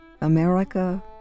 America